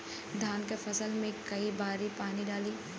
धान के फसल मे कई बारी पानी डाली?